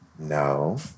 No